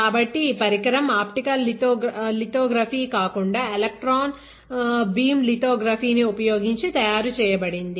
కాబట్టి ఈ పరికరం ఆప్టికల్ లితోగ్రఫీ కాకుండా ఎలక్ట్రాన్ భీమ్ లితోగ్రఫీ ని ఉపయోగించి తయారు చేయబడింది